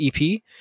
EP